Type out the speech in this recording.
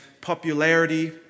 popularity